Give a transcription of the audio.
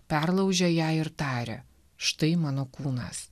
perlaužia ją ir taria štai mano kūnas